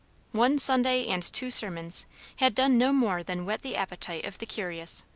one sunday and two sermons had done no more than whet the appetite of the curious.